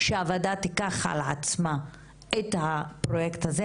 שהוועדה תקח על עצמה את הפרוייקט הזה.